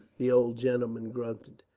the old gentleman grunted.